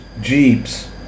jeeps